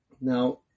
Now